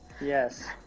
Yes